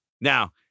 Now